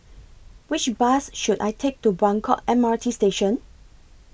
Which Bus should I Take to Buangkok M R T Station